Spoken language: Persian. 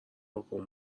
بکن